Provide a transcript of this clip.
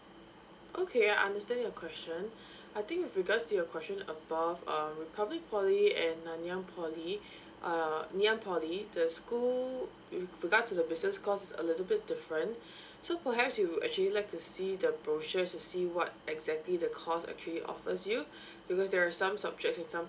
okay I understand your question I think with regards to your question above um republic poly and nanyang poly uh nanyang poly the school w~ with regards to the business course is a little bit different so perhaps you'd actually like to see the brochures to see what exactly the course actually offers you because there are some subjects in some